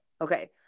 okay